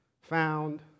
Found